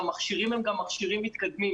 המכשירים הם גם מכשירים מתקדמים.